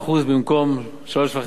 במקום 3.5%,